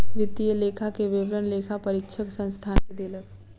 वित्तीय लेखा के विवरण लेखा परीक्षक संस्थान के देलक